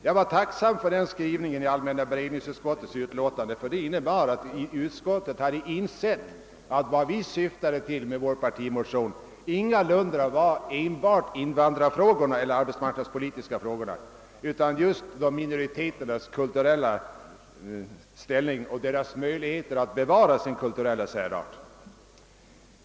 Jag var tacksam för den skrivningen i allmänna beredningsutskottets utlåtande. Det innebar att utskottet hade insett att vad vi syftade till med vår partimotion ingalunda var enbart invandrarfrågorna eller de arbetsmarknadspolitiska frågorna utan minoriteternas kulturella ställning och deras möjligheter att bevara sin kulturella särart.